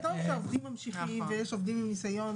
אז בעצם הנתונים לא משקפים את המציאות.